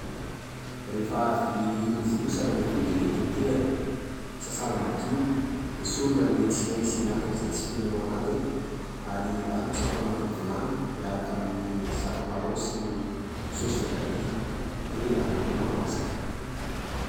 Rehefa avy novolosana ny akoho dia tetehana. Sasàna madio, esorina ny tsinainy sy ny atiny izay tsy fihinana ao anatiny, ary arotsaka ao anatin'ny vilany miaraka amin'ny sakamalaho sy ny saosy voatabia. Dia andrahoina ho masaka.